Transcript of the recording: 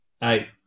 Hey